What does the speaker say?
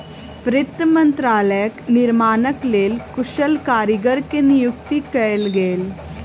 वित्त मंत्रालयक निर्माणक लेल कुशल कारीगर के नियुक्ति कयल गेल